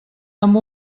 amb